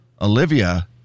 Olivia